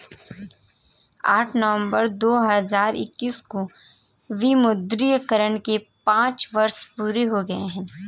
आठ नवंबर दो हजार इक्कीस को विमुद्रीकरण के पांच वर्ष पूरे हो गए हैं